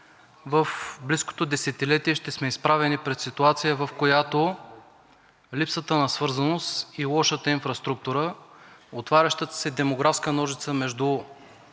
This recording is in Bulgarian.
в близкото десетилетие ще сме изправени пред ситуация, в която липсата на свързаност и лошата инфраструктура, отварящата се демографска ножица между